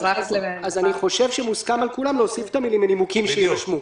אני חושב שמוסכם על כולם להוסיף את המילים "מנימוקים שיירשמו".